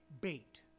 bait